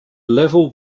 level